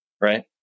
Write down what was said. right